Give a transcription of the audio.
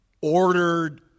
ordered